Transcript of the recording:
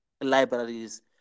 libraries